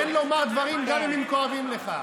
תן לומר דברים, גם אם הם כואבים לך.